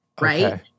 right